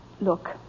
Look